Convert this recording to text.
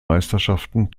meisterschaften